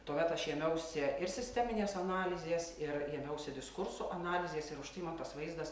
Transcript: tuomet aš ėmiausi ir sisteminės analizės ir ėmiausi diskurso analizės ir už tai man tas vaizdas